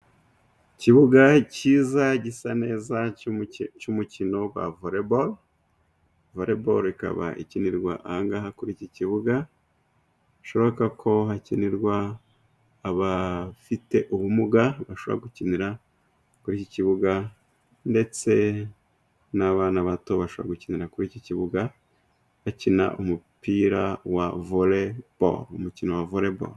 Ikibuga cyiza gisa neza cy'umukino wa voreboro, voreboro ikaba ikinirwa aha ngaha kuri iki kibuga, bishoboka ko hakinirwa abafite ubumuga bashobora gukinira kuri iki kibuga, ndetse n'abana bato bashobora gukinira kuri iki kibuga, bakina umupira wa voreboro umukino voreboro.